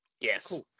Yes